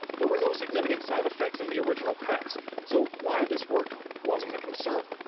there were no significant side effects in the original pets so why this worked wasn't a concern.